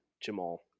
Jamal